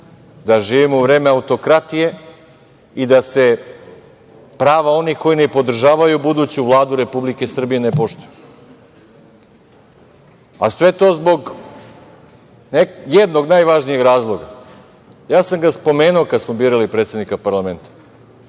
da živimo u vreme autokratije i da se prava onih koje oni podržavaju buduću vladu Republike Srbije ne poštuju. Sve je to zbog jednog, najvažnijeg razloga. Ja sam ga spomenuo kad smo birali predsednika parlamenta.